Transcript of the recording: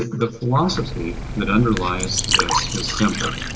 the philosophy that underlies this is simple.